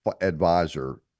advisor